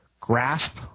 grasp